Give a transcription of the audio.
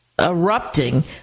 erupting